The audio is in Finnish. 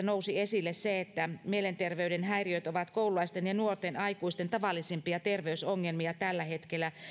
nousi esille se että mielenterveyden häiriöt ovat koululaisten ja nuorten aikuisten tavallisimpia terveysongelmia tällä hetkellä